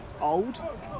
Old